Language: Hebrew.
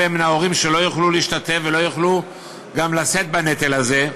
יש הרבה הרבה מן ההורים שלא יוכלו להשתתף ולא יוכלו גם לשאת בנטל הזה.